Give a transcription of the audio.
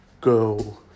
go